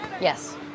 Yes